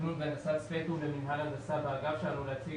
תכנון והנדסת ספקטרום במינהל הנדסה באגף שלנו להציג